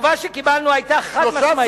התשובה שקיבלנו היתה חד-משמעית,